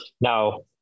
Now